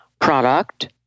product